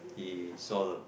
he saw the